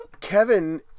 Kevin